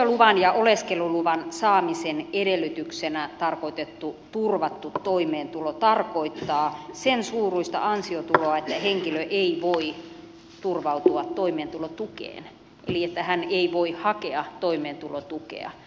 työluvan ja oleskeluluvan saamisen edellytyksenä tarkoitettu turvattu toimeentulo tarkoittaa sen suuruista ansiotuloa että henkilö ei voi turvautua toimeentulotukeen eli että hän ei voi hakea toimeentulotukea